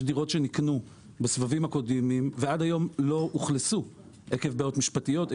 יש דירות שנקנו בסבבים הקודמים ועד היום לא אוכלסו עקב בעיות משפטיות,